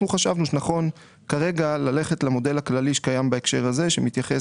אנחנו חשבנו שנכון כרגע ללכת למודל הכללי שקיים בהקשר הזה שמתייחס